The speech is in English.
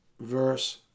verse